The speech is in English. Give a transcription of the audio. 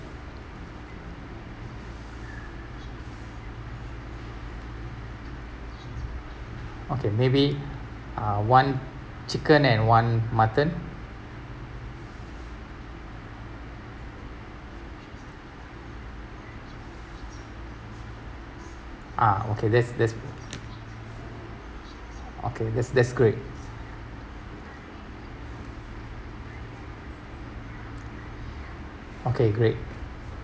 okay maybe uh one chicken and one mutton uh okay that's that's okay that's that's great okay great